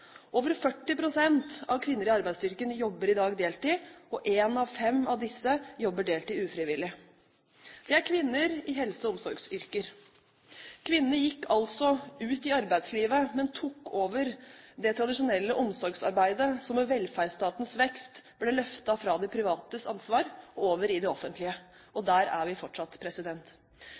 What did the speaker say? Over 40 pst. av kvinner i arbeidsstyrken jobber i dag deltid, og én av fem av disse jobber deltid ufrivillig. Det er kvinner i helse- og omsorgsyrker. Kvinnene gikk altså ut i arbeidslivet, men tok over det tradisjonelle omsorgsarbeidet som med velferdsstatens vekst ble løftet fra det privates ansvar og over i det offentlige – og der er vi fortsatt.